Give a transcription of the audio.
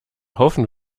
haufen